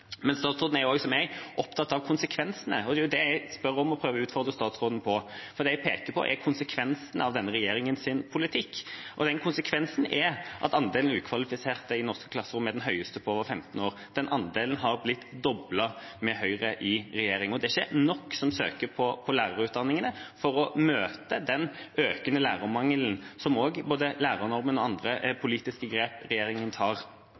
Statsråden er, som jeg, opptatt av konsekvensene. Det er jo det jeg spør om, og prøver å utfordre statsråden på. Det jeg peker på, er konsekvensen av denne regjeringas politikk, og konsekvensen er at andelen ukvalifiserte lærere i norske klasserom er den høyeste på over 15 år. Den andelen har blitt doblet med Høyre i regjering. Det er ikke mange nok som søker på lærerutdanningene, til å møte den økende lærermangelen som både lærernormen og andre politiske grep regjeringa tar,